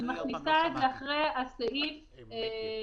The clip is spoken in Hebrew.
אני מכניסה את זה אחרי הסעיף שאומר: